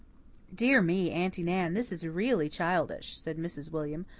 dear me, aunty nan, this is really childish, said mrs. william,